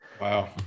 Wow